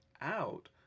out